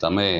તમે